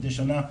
מדי שנה.